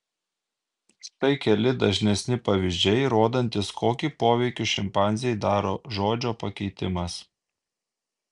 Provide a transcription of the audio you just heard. štai keli dažnesni pavyzdžiai rodantys kokį poveikį šimpanzei daro žodžio pakeitimas